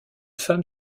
femme